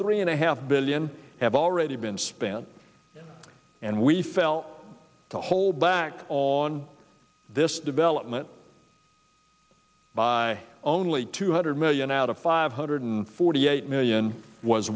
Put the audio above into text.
three and a half billion have already been spent and we fell to hold back on this development by only two hundred million out of five hundred forty eight million was